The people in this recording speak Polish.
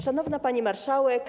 Szanowana Pani Marszałek!